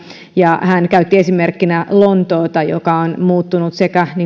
ja hän käytti esimerkkinä lontoota joka on muuttunut sekä